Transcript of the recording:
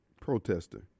protester